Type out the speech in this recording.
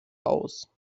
aus